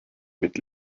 mit